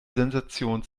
sensation